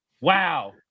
Wow